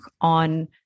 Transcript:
on